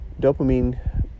dopamine